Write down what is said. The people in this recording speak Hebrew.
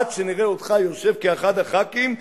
עד שנראה אותך יושב כאחד הח"כים,